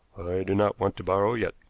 do not want to borrow yet.